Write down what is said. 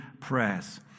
prayers